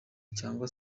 cyangwa